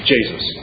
Jesus